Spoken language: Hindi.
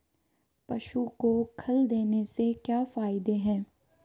पशु को खल देने से क्या फायदे हैं?